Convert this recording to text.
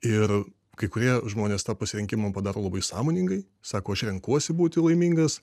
ir kai kurie žmonės tą pasirinkimą padaro labai sąmoningai sako aš renkuosi būti laimingas